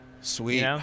Sweet